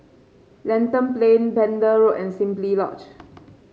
Lentor Plain Pender Road and Simply Lodge